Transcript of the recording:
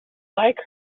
like